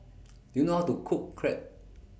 Do YOU know How to Cook Crepe